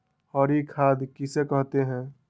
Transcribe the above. हरी खाद किसे कहते हैं?